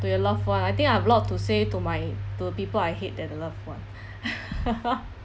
to you loved one I think I've lot to say to my to people I hate than a loved one